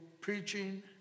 preaching